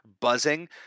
buzzing